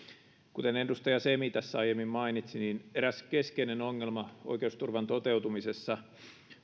kuten edustaja semi tässä aiemmin mainitsi niin eräs keskeinen ongelma oikeusturvan toteutumisessa